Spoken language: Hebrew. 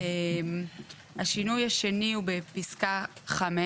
השינוי השני הוא בפסקה (5),